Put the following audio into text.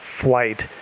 flight